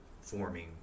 forming